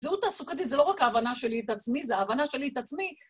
זהות תעסוקתית זה לא רק ההבנה שלי את עצמי – זה ההבנה שלי את עצמי...